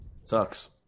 sucks